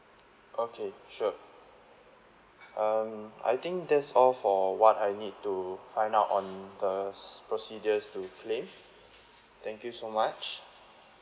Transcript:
okay sure um I think that's all for what I need to find out on the procedures to claim thank you so much